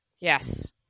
Yes